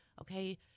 okay